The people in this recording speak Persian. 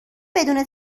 بدون